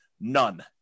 None